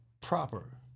proper